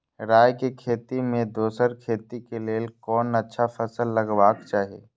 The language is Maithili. राय के खेती मे दोसर खेती के लेल कोन अच्छा फसल लगवाक चाहिँ?